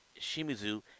Shimizu